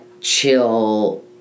chill